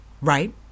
right